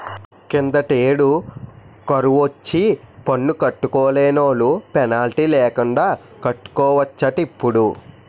కిందటేడు కరువొచ్చి పన్ను కట్టలేనోలు పెనాల్టీ లేకండా కట్టుకోవచ్చటిప్పుడు